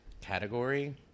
category